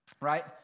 right